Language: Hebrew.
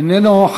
איננו.